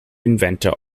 inventor